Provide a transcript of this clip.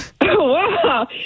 Wow